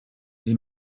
les